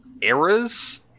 eras